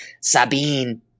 Sabine